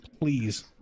please